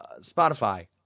Spotify